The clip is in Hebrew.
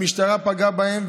המשטרה פגעה בהם,